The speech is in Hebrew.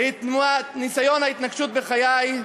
לניסיון ההתנקשות בחיי,